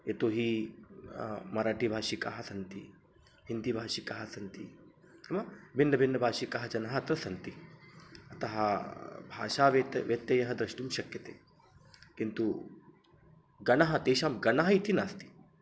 यतो हि मराठिभाषिकाः सन्ति हिन्दीभाषिकाः सन्ति नाम भिन्नभिन्नभाषिकाः जनाः अत्र सन्ति अतः भाषाव्यत्ययं व्यत्ययं द्रष्टुं शक्यते किन्तु गणः तेषां गणः इति नास्ति